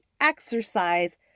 exercise